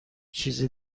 چیز